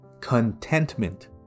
contentment